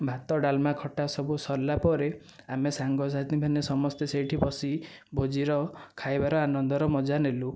ଭାତ ଡାଲ୍ମା ଖଟା ସବୁ ସରିଲା ପରେ ଆମେ ସାଙ୍ଗସାଥି ମାନେ ସମସ୍ତେ ସେହିଠି ବସି ଭୋଜିର ଖାଇବାର ଆନନ୍ଦର ମଜା ନେଲୁ